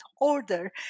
order